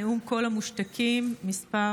נאום קול המושתקים מס'